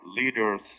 leaders